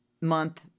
month